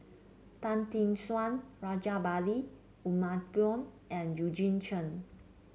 Tan Tee Suan Rajabali Jumabhoy and Eugene Chen